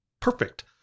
Perfect